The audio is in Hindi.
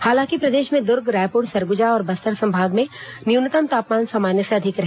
हालांकि प्रदेश में दुर्ग रायपुर सरगुजा और बस्तर संभाग में न्यूनतम तापमान सामान्य से अधिक रहे